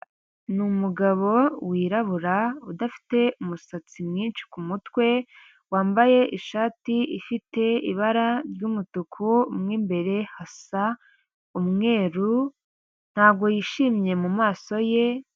Ni umugabo wirabura udafite umusatsi mwinshi ku mutwe, wambaye ishati ifite ibara ry'umutuku, mo imbere hasa umweru, ntabwo yishimye mu maso ye